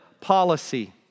policy